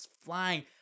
flying